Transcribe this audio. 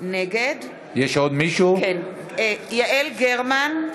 נגד יעל גרמן,